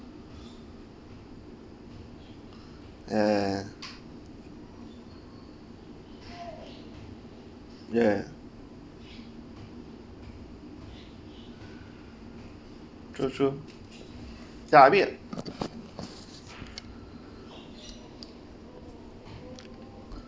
ya ya true true ya I mean